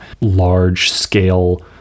large-scale